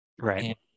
Right